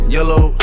Yellow